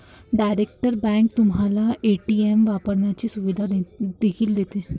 direct bank तुम्हाला ATM वापरण्याची सुविधा देखील देते